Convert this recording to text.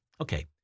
Okay